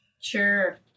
Sure